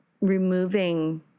removing